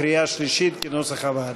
קריאה שלישית כנוסח הוועדה.